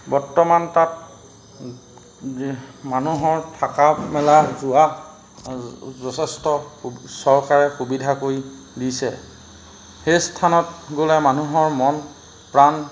বৰ্তমান তাত মানুহৰ থকা মেলা যোৱা যথেষ্ট চৰকাৰে সুবিধা কৰি দিছে সেই স্থানত গ'লে মানুহৰ মন প্ৰাণ